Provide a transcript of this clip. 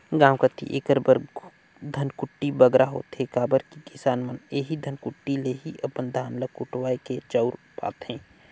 गाँव कती एकर बर धनकुट्टी बगरा होथे काबर कि किसान मन एही धनकुट्टी ले ही अपन धान ल कुटवाए के चाँउर पाथें